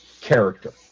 character